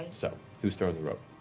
so who's throwing the rope?